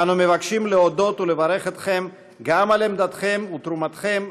אנו מבקשים להודות ולברך אתכם גם על עמדתכם ותרומתכם,